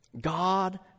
God